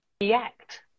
react